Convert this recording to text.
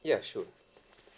ya sure